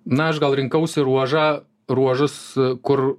na aš gal rinkausi ruožą ruožus kur